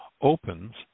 opens